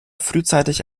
frühzeitig